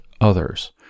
others